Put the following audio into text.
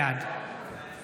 בעד